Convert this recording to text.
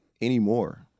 anymore